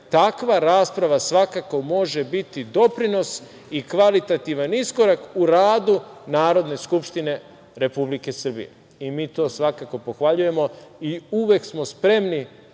takva rasprava svakako može biti doprinos i kvalitativan iskorak u radu Narodne skupštine Republike Srbije. Mi to svakako pohvaljujemo i uvek smo spremni